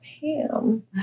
Pam